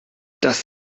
das